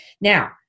Now